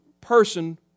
person